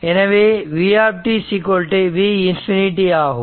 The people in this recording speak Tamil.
எனவே v v ∞ ஆகும்